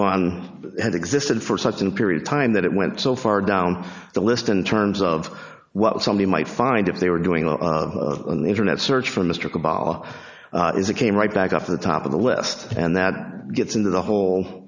and existed for such an period time that it went so far down the list in terms of what somebody might find if they were going on an internet search for mr obama is a came right back off the top of the list and that gets into the whole